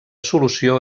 solució